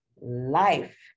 Life